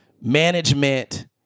Management